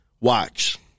watch